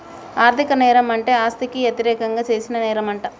ఆర్ధిక నేరం అంటే ఆస్తికి యతిరేకంగా చేసిన నేరంమంట